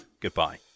Goodbye